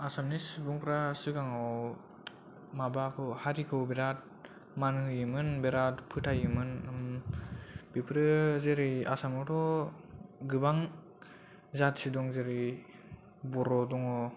आसामनि सुबुंफोरा सिगाङाव माबाखौ हारिखौ बिराद मान होयोमोन बिराद फोथायोमोन बिफोरो जेरै आसामावथ' गोबां हारि दं जेरै बर' दं